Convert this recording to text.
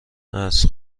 است